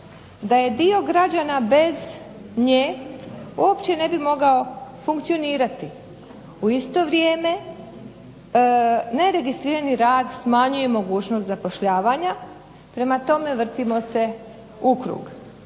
da je dio građana bez nje uopće ne bi mogao funkcionirati. U isto vrijeme neregistrirani rad smanjuje mogućnost zapošljavanja, prema tome vrtimo se ukrug.